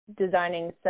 designing